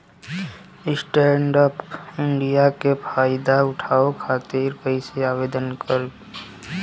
Stand up India के फाइदा उठाओ खातिर कईसे आवेदन करेम?